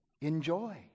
enjoy